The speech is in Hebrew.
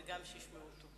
וגם שישמעו אותו.